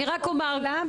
אני רק אומר מילה,